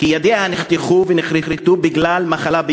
כי ידיה נחתכו ונכרתו בגלל מחלה בילדותה,